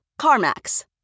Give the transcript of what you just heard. CarMax